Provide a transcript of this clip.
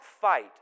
fight